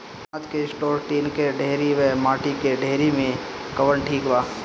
अनाज के store tin के डेहरी व माटी के डेहरी मे कवन ठीक बा?